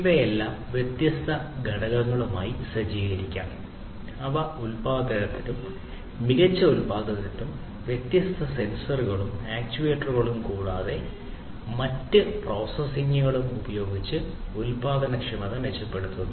ഇവയെല്ലാം വ്യത്യസ്ത ഘടകങ്ങളുമായി സജ്ജീകരിക്കാം അവ ഉൽപാദനത്തിനും മികച്ച ഉൽപാദനത്തിനും വ്യത്യസ്ത സെൻസറുകളും ആക്യുവേറ്ററുകളും കൂടാതെ മറ്റ് മറ്റ് പ്രോസസ്സിംഗുകളും ഉപയോഗിച്ച് ഉൽപാദനക്ഷമത മെച്ചപ്പെടുത്തുന്നു